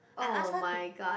oh-my-god